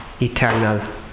eternal